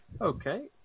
Okay